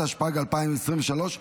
התשפ"ג 2023,